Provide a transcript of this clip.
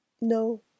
No